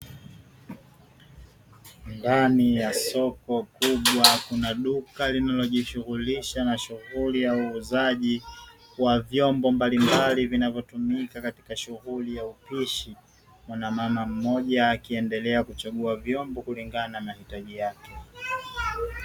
Ndani ya soko kubwa kuna duka linalojishughulisha na shughuli ya uuzaji wa vyombo mbali mbali vinavyotumika katika shughuli ya upishi, mwanamana mmoja akiendelea kuchagua vyombo kutokana na mahitaji yake.